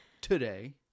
today